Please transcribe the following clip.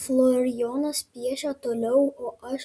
florijonas piešia toliau o aš